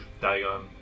Diagon